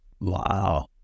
Wow